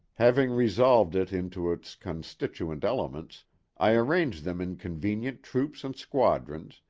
having resolved it into its constituent elements i arranged them in convenient troops and squadrons,